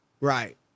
Right